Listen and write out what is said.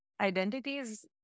identities